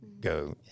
go